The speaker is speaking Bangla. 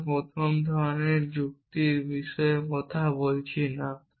আমরা প্রথম ধরণের যুক্তির বিষয়ে কথা বলছি না